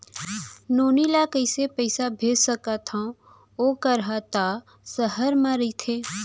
नोनी ल कइसे पइसा भेज सकथव वोकर हा त सहर म रइथे?